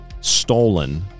stolen